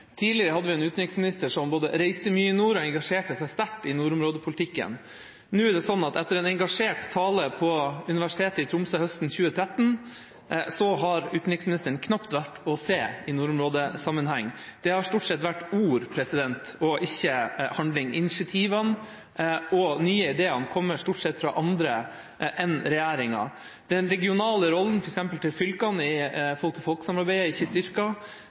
Tidligere hadde vi en utenriksminister som både reiste mye i nord og engasjerte seg sterkt i nordområdepolitikken. Nå er det slik at etter en engasjert tale på Universitetet i Tromsø høsten 2013 har utenriksministeren knapt vært å se i nordområdesammenheng. Det har stor sett vært ord og ikke handling. Initiativene og de nye ideene kommer stort sett fra andre enn regjeringa. Den regionale rollen, f.eks. til fylkene i folk-til-folk-samarbeidet, er ikke